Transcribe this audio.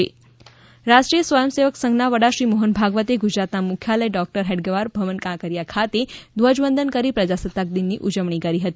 રાષ્ટ્રીય સ્વયં સેવક રાષ્ટ્રીય સ્વયં સેવક સંઘના વડા શ્રી મોહન ભાગવતે ગુજરાતના મુખ્યાલય ડૉક્ટર હેડગેવાર ભવન કાંકરિયા ખાતે ખાતે ધ્વજ વંદન કરી પ્રજાસત્તાક દિનની ઉજવણી કરી હતી